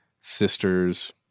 sisters